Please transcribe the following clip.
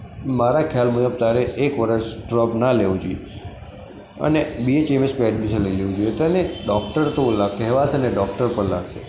મારા ખ્યાલ મુજબ તારે એક વર્ષ ડ્રૉપ ના લેવું જોઈએ અને બી એચ એમ એસમાં એડમિશન લઇ લેવું જોઈએ તને ડૉકટર તો કહેવાશે અને ડૉક્ટર પણ લાગશે